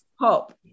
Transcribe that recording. Hope